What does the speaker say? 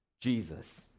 Jesus